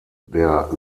der